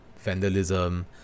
vandalism